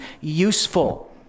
useful